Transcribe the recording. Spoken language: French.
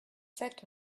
sept